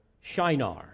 Shinar